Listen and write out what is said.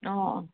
অঁ অঁ